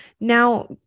Now